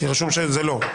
כי רשום שזה לא.